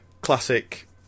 classic